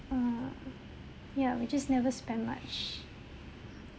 err ya we just never spend much